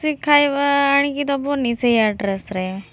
ସେ ଖାଇବା ଆଣିକି ଦବନି ସେହି ଆଡ୍ରେସରେ